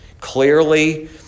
clearly